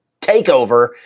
takeover